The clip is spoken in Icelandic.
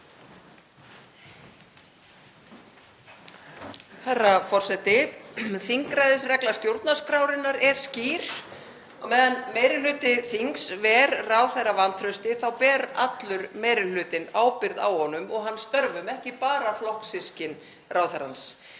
Þingræðisregla stjórnarskrárinnar er skýr. Á meðan meiri hluti þings ver ráðherra vantrausti ber allur meiri hlutinn ábyrgð á honum og hans störfum, ekki bara flokkssystkin ráðherrans.